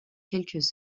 quelques